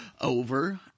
over